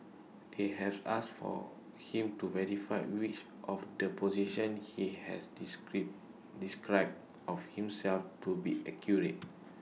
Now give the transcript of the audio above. they have asked for him to verify which of the positions he has discrete described of himself to be accurate